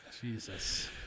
Jesus